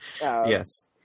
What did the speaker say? Yes